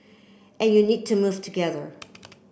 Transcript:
and you need to move together